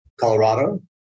Colorado